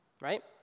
Right